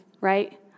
right